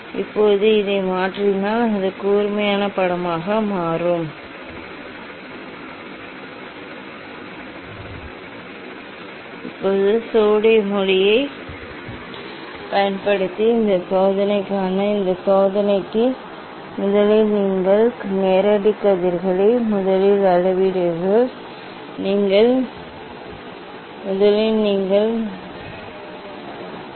இப்போது இதை மாற்றினால் அது கூர்மையான படமாக மாறும் எனவே இதன் பொருள் இந்த லென்ஸின் மைய புள்ளியில் இந்த பிளவை வைப்பதன் மூலம் இந்த முறையையும் பின்பற்றலாம் இப்போது சோடியம் ஒளியைப் பயன்படுத்தி இந்த சோதனைக்கான இந்த சோதனைக்கு முதலில் நீங்கள் நேரடி கதிர்களை முதலில் அளவிடுகிறீர்கள் முதலில் நீங்கள் நேரடி கதிர்களை அளவிடுகிறீர்கள்